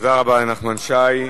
תודה רבה לשי חרמש.